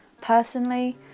Personally